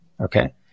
Okay